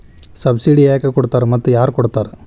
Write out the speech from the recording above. Subsidy ಯಾಕೆ ಕೊಡ್ತಾರ ಮತ್ತು ಯಾರ್ ಕೊಡ್ತಾರ್?